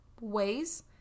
ways